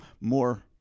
more